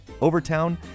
Overtown